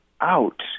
out